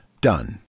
Done